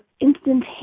instantaneous